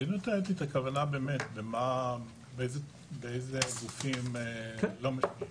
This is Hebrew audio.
המדיניות האתית הכוונה היא באיזה גופים לא משקיעים.